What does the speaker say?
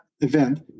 event